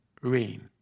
rain